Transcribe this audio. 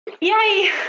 Yay